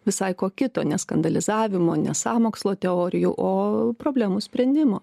visai ko kito ne skandalizavimo ne sąmokslo teorijų o problemų sprendimo